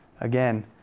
Again